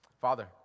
Father